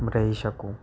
રહી શકું